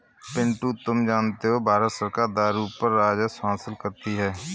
पिंटू तुम जानते हो भारत सरकार दारू पर राजस्व हासिल करती है